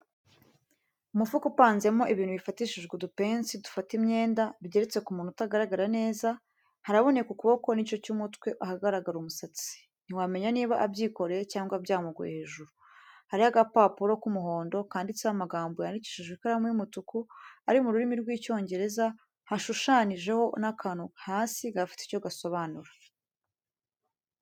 Umufuka upanzemo ibintu bifatishijwe udupense dufata imyenda, bigeretse ku muntu utagaragara neza, haraboneka ukuboko n'igice cy'umutwe ahagaragara umusatsi, ntiwamenya niba abyikoreye cyangwa byamuguye hejuru, hariho agapapuro k'umuhondo kanditseho amagambo yandikishijwe ikaramu y'umutuku ari mu rurimi rw'Icyongereza hashushanije ho n'akantu hasi gafite icyo gasobanura.